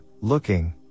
looking